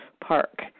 park